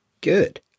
good